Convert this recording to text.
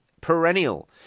perennial